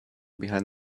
behind